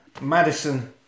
Madison